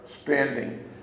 spending